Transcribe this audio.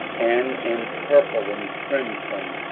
and in purple, and crimson,